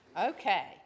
okay